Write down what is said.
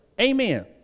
amen